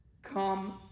come